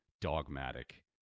dogmatic